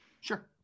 Sure